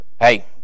Hey